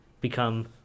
become